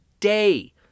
Day